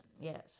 yes